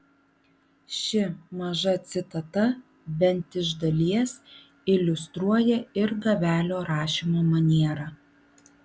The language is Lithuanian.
ši maža citata bent iš dalies iliustruoja ir gavelio rašymo manierą